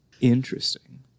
Interesting